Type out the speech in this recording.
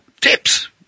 tips